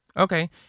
Okay